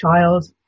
child